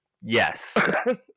Yes